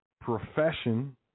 profession